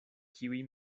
kiuj